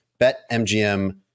BetMGM